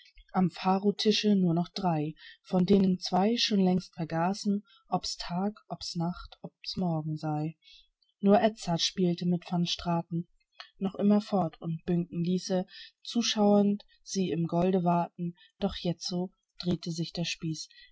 am pharotische nur noch drei von denen zwei schon längst vergaßen ob's tag ob's nacht ob's morgen sei nur edzard spielte mit van straten noch immer fort und buncken ließ zuschauend sie im golde waten doch jetzo drehte sich der spieß